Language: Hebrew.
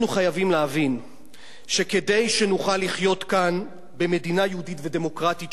אנחנו חייבים להבין שכדי שנוכל לחיות כאן במדינה יהודית ודמוקרטית,